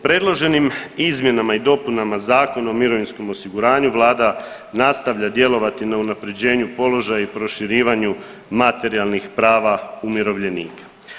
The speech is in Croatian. Predloženim izmjenama i dopunama Zakona o mirovinskom osiguranju vlada nastavlja djelovati na unapređenju položaja i proširivanju materijalnih prava umirovljenika.